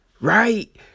right